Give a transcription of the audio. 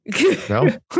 No